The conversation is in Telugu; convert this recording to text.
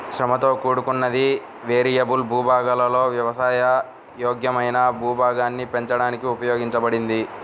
శ్రమతో కూడుకున్నది, వేరియబుల్ భూభాగాలలో వ్యవసాయ యోగ్యమైన భూభాగాన్ని పెంచడానికి ఉపయోగించబడింది